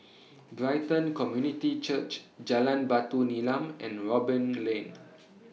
Brighton Community Church Jalan Batu Nilam and Robin Lane